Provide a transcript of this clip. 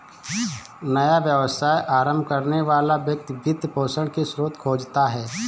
नया व्यवसाय आरंभ करने वाला व्यक्ति वित्त पोषण की स्रोत खोजता है